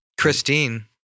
Christine